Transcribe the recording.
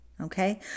okay